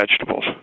vegetables